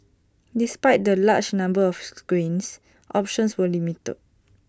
despite the larger number of screens options were limited